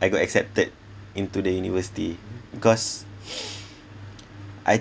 I got accepted into the university because I